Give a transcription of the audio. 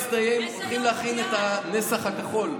ב-16:00 יסתיים, צריך להכין את הנסח הכחול.